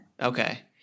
Okay